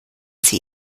sie